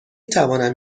توانم